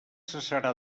cessarà